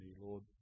Lord